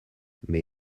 mais